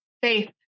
faith